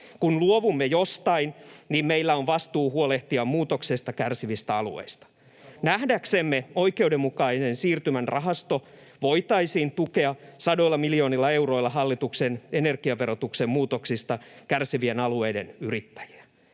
Kun luovumme jostain, niin meillä on vastuu huolehtia muutoksesta kärsivistä alueista. Nähdäksemme oikeudenmukaisen siirtymän rahastolla voitaisiin tukea sadoilla miljoonilla euroilla hallituksen energiaverotuksen muutoksista kärsivien alueiden yrittäjiä.